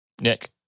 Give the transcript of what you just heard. Nick